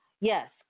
Yes